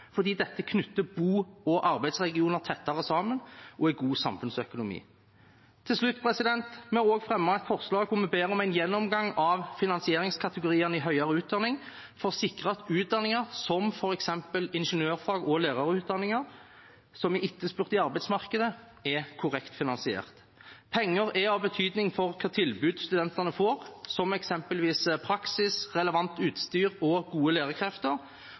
fordi det knytter bo- og arbeidsregioner tettere sammen og er god samfunnsøkonomi. Til slutt: Vi har også fremmet et forslag der vi ber om en gjennomgang av finansieringskategoriene i høyere utdanning for å sikre at utdanninger som f.eks. ingeniørfag- og lærerutdanningen, som er etterspurt i arbeidsmarkedet, er korrekt finansiert. Penger er av betydning for hva slags tilbud studentene får, som eksempelvis praksis, relevant utstyr og gode